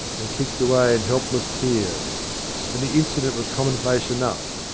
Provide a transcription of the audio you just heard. and kicked away in helpless tears and the incident was common place enough,